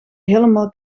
helemaal